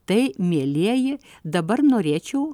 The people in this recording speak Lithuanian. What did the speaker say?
tai mielieji dabar norėčiau